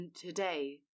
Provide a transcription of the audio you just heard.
Today